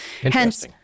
Hence